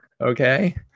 okay